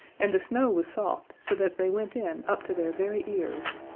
and the snow was soft, so that they went in up to their very ears.